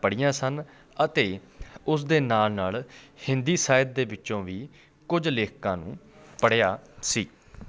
ਪੜ੍ਹੀਆਂ ਸਨ ਅਤੇ ਉਸ ਦੇ ਨਾਲ ਨਾਲ ਹਿੰਦੀ ਸਾਹਿਤ ਦੇ ਵਿੱਚੋਂ ਵੀ ਕੁਝ ਲੇਖਕਾਂ ਨੂੰ ਪੜ੍ਹਿਆ ਸੀ